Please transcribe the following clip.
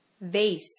Vase